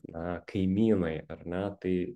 kaimynai ar ne tai